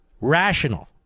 rational